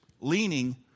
leaning